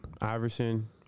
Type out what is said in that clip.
Iverson